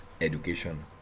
education